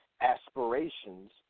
aspirations